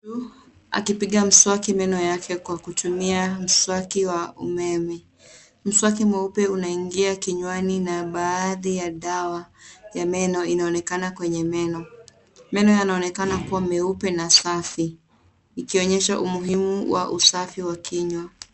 Akipiga mswaki meno yake kwa kutumia mswaki wa umeme, mswaki mweupe unaingia kinywani na baadhi ya dawa ya meno inaonekana kwenye meno. Meno yanaonekana kuwa meupe na safi, ikionyesha umuhimu wa usafi wa kinywa.